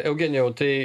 eugenijau tai